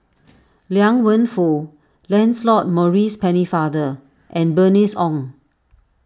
Liang Wenfu Lancelot Maurice Pennefather and Bernice Ong